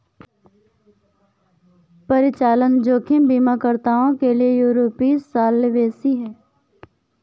परिचालन जोखिम बीमाकर्ताओं के लिए यूरोपीय सॉल्वेंसी है